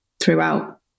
throughout